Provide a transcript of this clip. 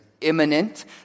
imminent